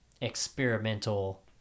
experimental